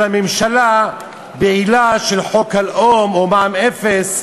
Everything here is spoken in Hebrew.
הממשלה בעילה של חוק הלאום או מע"מ אפס.